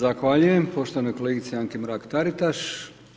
Zahvaljujem poštovanoj kolegici Anki Mrak Taritaš.